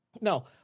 No